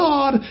God